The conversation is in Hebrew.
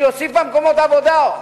שהוסיפה מקומות עבודה.